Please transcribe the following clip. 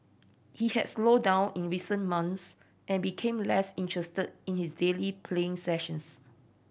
he had slowed down in recent months and became less interested in his daily playing sessions